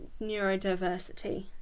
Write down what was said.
neurodiversity